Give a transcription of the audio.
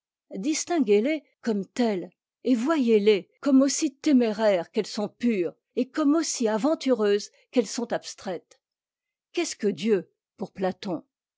sentiment distinguez les comme telles et voyez-les comme aussi téméraires qu'elles sont pures et comme aussi aventureuses qu'elles sont abstraites qu'est-ce que dieu pour platon